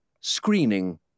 Screening